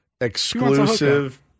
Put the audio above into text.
exclusive